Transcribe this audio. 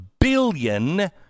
billion